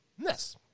Yes